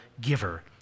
giver